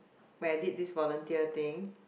where I did this volunteer thing